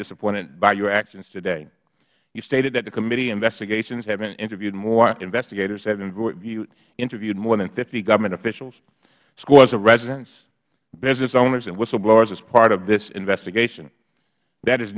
disappointed by your actions today you stated that the committee investigations have interviewed investigators have interviewed more than fifty government officials scores of residents business owners and whistleblowers as part of this administration that is